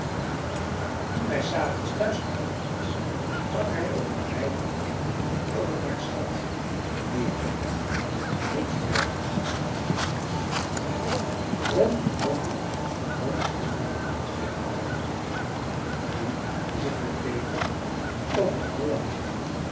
toen hij s avonds thuis gekomen was sprak hij over de wijde wereld en over den schat die er voor hem in zijn viool verborgen lag beroemdheid rom bom bom rom bom bom zei de alarmtrom nu is het met peter over het dolle heen